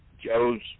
Joe's